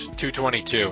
222